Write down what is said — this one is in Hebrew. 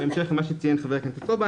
בהמשך למה שציין חבר הכנסת סובה,